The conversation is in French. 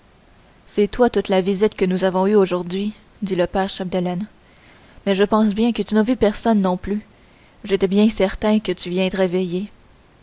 c'est toi toute la visite que nous avons eue aujourd'hui dit le père chapdelaine mais je pense bien que tu n'as vu personne non plus j'étais bien certain que tu viendrais veiller